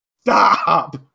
Stop